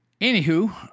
anywho